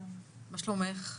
מה שלומך?